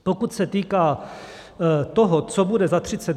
Pokud se týká toho, co bude za 30 dní.